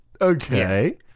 okay